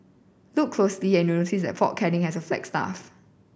look closely and you'll notice that Fort Canning has a flagstaff